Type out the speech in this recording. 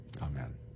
Amen